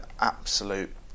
Absolute